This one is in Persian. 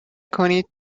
کنید